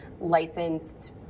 licensed